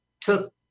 took